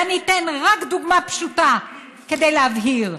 ואני אתן רק דוגמה פשוטה כדי להבהיר.